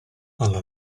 alla